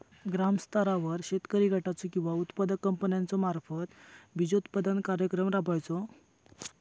ग्रामस्तरावर शेतकरी गटाचो किंवा उत्पादक कंपन्याचो मार्फत बिजोत्पादन कार्यक्रम राबायचो?